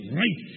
right